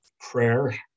prayer